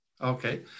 Okay